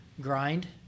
grind